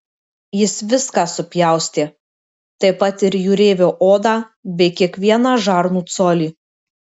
jis viską supjaustė taip pat ir jūreivio odą bei kiekvieną žarnų colį